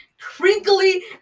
crinkly